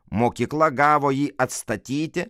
mokykla gavo jį atstatyti